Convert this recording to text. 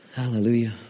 Hallelujah